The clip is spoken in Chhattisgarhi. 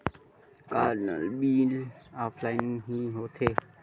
का नल बिल ऑफलाइन हि होथे?